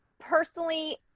personally